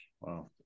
Wow